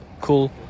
cool